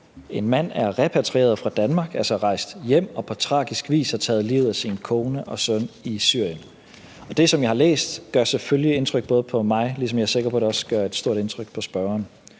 en mand er repatrieret fra Danmark, altså rejst hjem, og på tragisk vis har taget livet af sin kone og søn i Syrien. Det, som jeg har læst, gør selvfølgelig indtryk både på mig og, er jeg sikker på, på spørgeren.